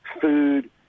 food